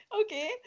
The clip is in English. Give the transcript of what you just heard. okay